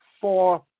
four